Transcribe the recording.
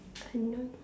unknown